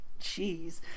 jeez